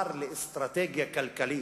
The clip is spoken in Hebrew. שר לאסטרטגיה כלכלית,